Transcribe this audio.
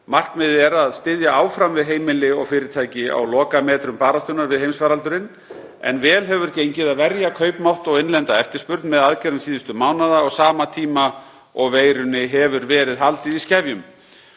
Markmiðið er að styðja áfram við heimili og fyrirtæki á lokametrum baráttunnar við heimsfaraldurinn, en vel hefur gengið að verja kaupmátt og innlenda eftirspurn með aðgerðum síðustu mánaða á sama tíma og veirunni er haldið í skefjum.